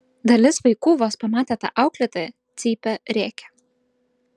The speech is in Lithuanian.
dalis vaikų vos pamatę tą auklėtoją cypia rėkia